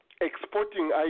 exporting